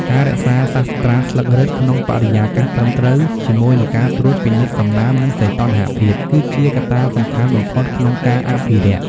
ការរក្សាសាស្រ្តាស្លឹករឹតក្នុងបរិយាកាសត្រឹមត្រូវជាមួយនឹងការត្រួតពិនិត្យសំណើម និងសីតុណ្ហភាព គឺជាកត្តាសំខាន់បំផុតក្នុងការអភិរក្ស។